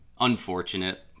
unfortunate